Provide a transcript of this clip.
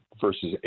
versus